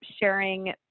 sharing